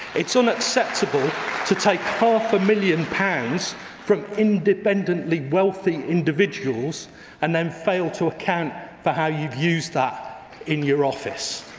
it is unacceptable to take half a million pounds from independently wealthy individuals and then fail to account for how you have used that in your office.